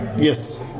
Yes